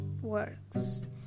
works